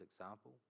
example